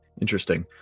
Interesting